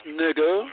nigga